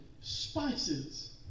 Spices